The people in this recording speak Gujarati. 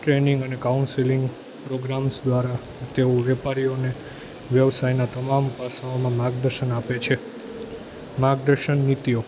ટ્રેનિંગ અને કાઉન્સીલિંગ પ્રોગ્રામ્સ દ્વારા તેઓ વેપારીઓને વ્યવસાયના તમામ પાસાઓમાં માર્ગદર્શન આપે છે માર્ગદર્શન નીતિઓ